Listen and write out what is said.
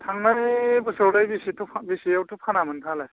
थांनाय बोसोरावलाय बेसेथो बेसेयावथो फाना नोंथाङालाय